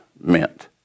meant